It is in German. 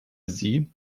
sie